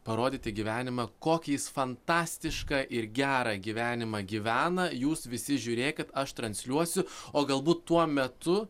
parodyti gyvenimą kokį jis fantastišką ir gerą gyvenimą gyvena jūs visi žiūrėkit aš transliuosiu o galbūt tuo metu